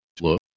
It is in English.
look